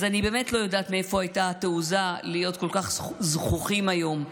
אז אני באמת לא יודעת מאיפה הייתה התעוזה להיות כל כך זחוחים היום,